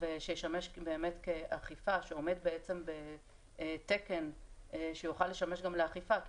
שעומד בעצם בתקן שיוכל לשמש גם לאכיפה כי